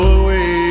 away